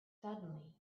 suddenly